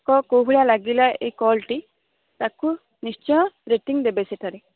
କେଉଁ ଭଳିଆ ଲାଗିଲା ଏଇ କଲ୍ଟି ତାକୁ ନିଶ୍ଚୟ ରେଟିଂ ଦେବେ ସେଥିରେ